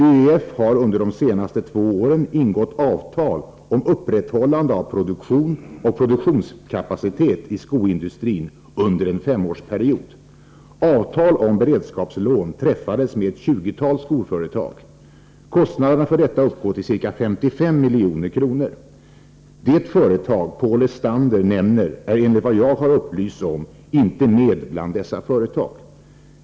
ÖEF har under de två senaste åren ingått avtal om upprätthållande av produktion och produktionskapacitet i skoindustrin under en femårsperiod. Avtal om beredskapslån träffades med ett tjugotal skoföretag. Kostnaderna för detta uppgår till ca 55 milj.kr. Det företag Paul Lestander nämner är enligt vad jag har upplysts om inte med bland dessa företag.